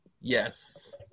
Yes